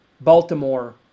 Baltimore